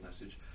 message